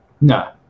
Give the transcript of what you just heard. No